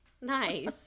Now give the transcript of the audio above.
Nice